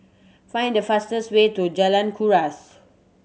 find the fastest way to Jalan Kuras